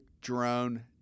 drone